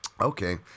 Okay